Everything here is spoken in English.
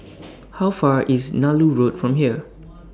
How Far IS Nallur Road from here